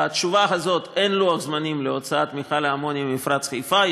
בתשובה הזאת אין לוח זמנים להוצאת מכל האמוניה ממפרץ חיפה.